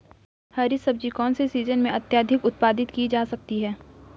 हरी सब्जी कौन से सीजन में अत्यधिक उत्पादित की जा सकती है?